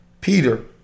Peter